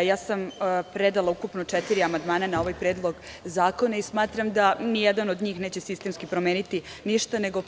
Ukupno sam predala četiri amandmana na ovaj Predlog zakona i smatram da nijedan od njih neće sistemski promeniti ništa, nego